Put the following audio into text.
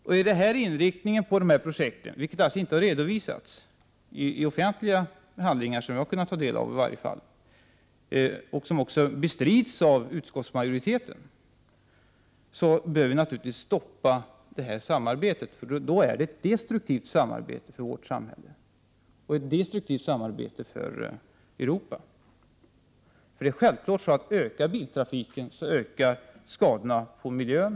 Om de här projekten har denna inriktning, vilket alltså inte har redovisats i offentliga handlingar — i varje fall inte i sådana som jag har kunnat ta del av - och som bestrids av utskottsmajoriteten, bör vi naturligtvis stoppa samarbetet, eftersom det i så fall är ett destruktivt samarbete för vårt samhälle och för Europa. Det är självklart att om biltrafiken ökar, så ökar skadorna på miljön.